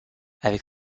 avec